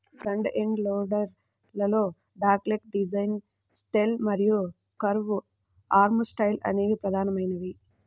front end loader లలో dogleg design style మరియు curved arm style అనేవి ప్రధానమైనవి